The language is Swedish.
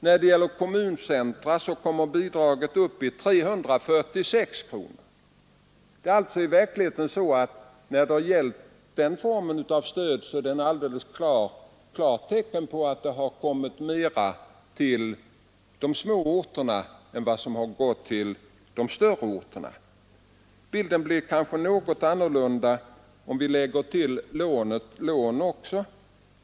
När det gäller kommuncentra kommer bidraget upp i 346 kronor. Det är alltså i verkligheten så att denna form av stöd i större utsträckning gått till de små orterna än till de större orterna. Bilden blir kanske något annorlunda om vi lägger till lånen.